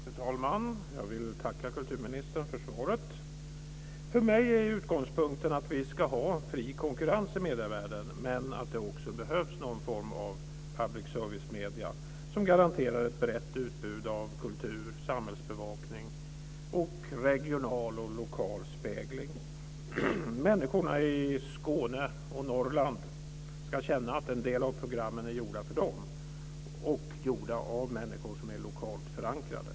Fru talman! Jag tackar kulturministern för svaret. För mig är utgångspunkten den att vi ska ha en fri konkurrens i medievärlden men att det också behövs någon form av public service-medier, som garanterar ett brett utbud av kultur, samhällsbevakning samt regional och lokal spegling. Människorna i Skåne och Norrland ska känna att en del av programmen är gjorda för dem och av människor som är lokalt förankrade.